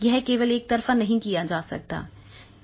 यह केवल एकतरफा नहीं किया जा सकता है